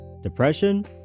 depression